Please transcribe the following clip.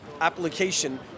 application